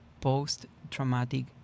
post-traumatic